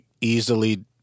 easily